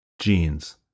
jeans